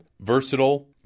versatile